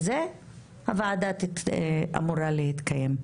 הוועדה אמורה להתקיים.